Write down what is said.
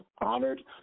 honored